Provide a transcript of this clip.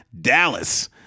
Dallas